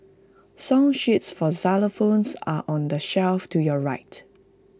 song sheets for xylophones are on the shelf to your right